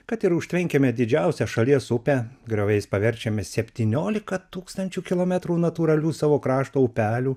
kad ir užtvenkiame didžiausią šalies upę grioviais paverčiame septyniolika tūkstančių kilometrų natūralių savo krašto upelių